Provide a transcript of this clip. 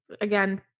again